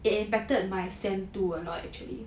it impacted my sem two a lot actually